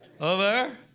over